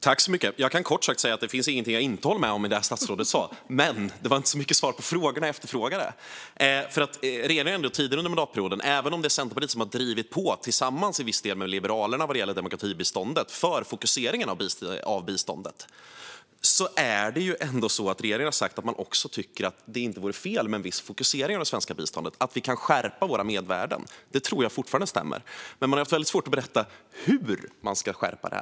Fru talman! Jag kan kort sagt säga att det inte finns någonting jag inte håller med om i det statsrådet sa. Men det var inte så mycket svar på frågorna jag ställde. Även om det är Centerpartiet som har drivit på vad gäller demokratibiståndet för fokusering av biståndet, tillsammans i viss del med Liberalerna, har regeringen tidigare under mandatperioden sagt att det inte vore fel med en viss fokusering av det svenska biståndet och att vi kan skärpa våra mervärden. Det tror jag fortfarande stämmer. Men man har haft väldigt svårt att berätta hur man ska skärpa det.